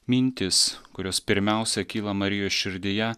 mintys kurios pirmiausia kyla marijos širdyje